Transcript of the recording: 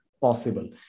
possible